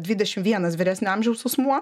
dvidešim vienas vyresnio amžiaus asmuo